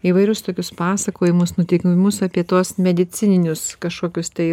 įvairius tokius pasakojimus nutikimus apie tuos medicininius kažkokius tai